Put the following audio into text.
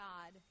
God